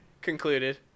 Concluded